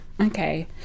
okay